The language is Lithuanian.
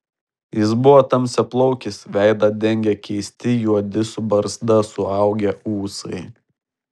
jis buvo tamsiaplaukis veidą dengė keisti juodi su barzda suaugę ūsai